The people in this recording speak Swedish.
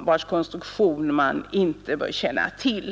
vars konstruktion man inte känner till.